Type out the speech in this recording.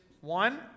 one